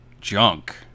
Junk